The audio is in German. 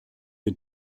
den